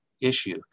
issue